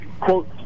quote